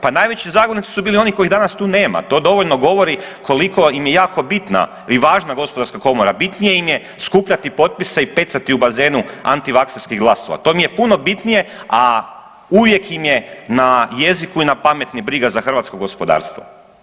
Pa najveći zagovornici su bili oni kojih danas tu nema, to dovoljno govori koliko im je jako bitna i važna gospodarska komora, bitni im je skupljati potpise i pecati u bazenu antivakserskih glasova, to im je puno bitnije, a uvijek im je na jeziku i na pameti briga za hrvatsko gospodarstvo.